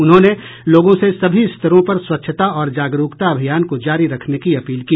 उन्होंने लोगों से सभी स्तरों पर स्वच्छता और जागरूकता अभियान को जारी रखने की अपील की